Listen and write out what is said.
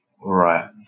Right